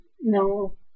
No